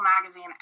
magazine